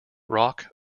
rock